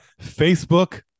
Facebook